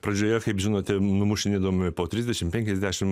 pradžioje kaip žinote numušinėdami po trisdešimt penkiasdešimt